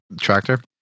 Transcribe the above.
tractor